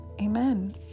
Amen